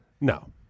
No